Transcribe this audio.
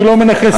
אני לא מנחש מראש.